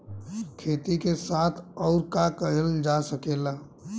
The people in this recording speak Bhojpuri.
खेती के साथ अउर का कइल जा सकेला?